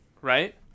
right